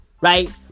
Right